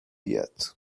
yet